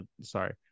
Sorry